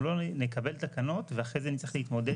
אנחנו לא נקבל תקנות ואחרי זה נצטרך להתמודד